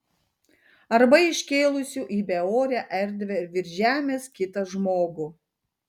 arba iškėlusių į beorę erdvę virš žemės kitą žmogų